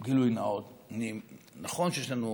גילוי נאות, נכון שיש לנו